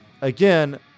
again